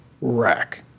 wreck